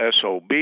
SOB